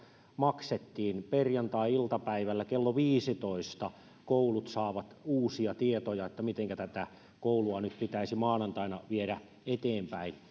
maksettiin perjantai iltapäivällä kello viisitoista koulut saavat uusia tietoja mitenkä tätä koulua pitäisi maanantaina viedä eteenpäin